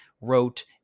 wrote